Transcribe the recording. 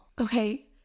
Okay